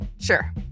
Sure